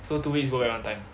so two weeks go back one time